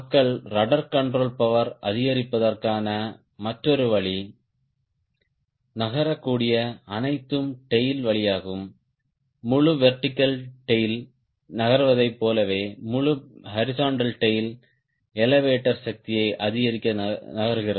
மக்கள் rudder control power அதிகரிப்பதற்கான மற்றொரு வழி நகரக்கூடிய அனைத்து டேய்ல் வழியாகவும் முழு வெர்டிகல் டேய்ல் நகர்வதைப் போலவே முழு ஹாரிஸ்ன்ட்டல் டேய்ல் எலெவடோர் சக்தியை அதிகரிக்க நகர்கிறது